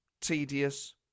tedious